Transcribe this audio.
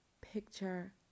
picture